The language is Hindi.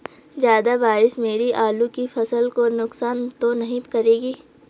ज़्यादा बारिश मेरी आलू की फसल को नुकसान तो नहीं करेगी?